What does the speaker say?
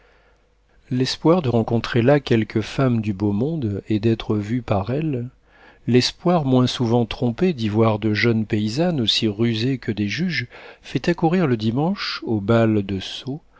l'espoir de rencontrer là quelques femmes du beau monde et d'être vus par elles l'espoir moins souvent trompé d'y voir de jeunes paysannes aussi rusées que des juges fait accourir le dimanche au bal de